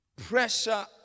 Pressure